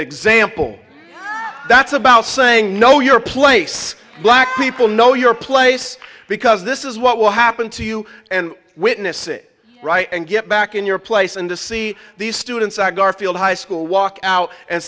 example that's about saying no your place black people know your place because this is what will happen to you and witness it right and get back in your place and to see these students at garfield high school walk out and